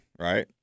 right